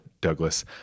douglas